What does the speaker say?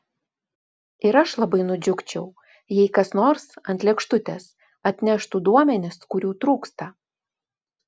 ir aš labai nudžiugčiau jei kas nors ant lėkštutės atneštų duomenis kurių trūksta